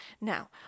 Now